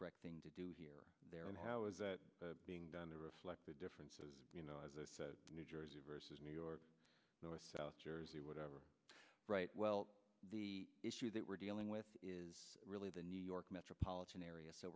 correct thing to do here there and how is that being done to reflect the differences you know as a new jersey versus new york or south jersey or whatever right well the issue that we're dealing with is really the new york metropolitan area so